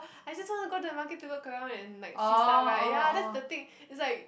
I just wanna go to the market to look around and like see stuff right ya that's the thing it's like